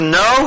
no